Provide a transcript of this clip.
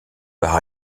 par